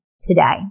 today